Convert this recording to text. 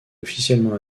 officiellement